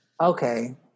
okay